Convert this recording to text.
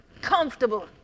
Comfortable